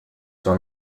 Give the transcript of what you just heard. sua